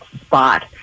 spot